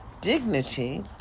dignity